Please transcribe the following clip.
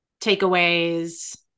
takeaways